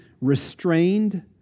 restrained